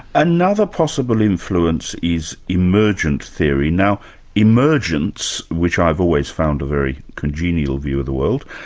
another possible influence is emergence theory. now emergence, which i have always found a very congenial view of the world,